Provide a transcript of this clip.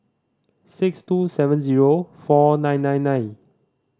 six two seven zero four nine nine nine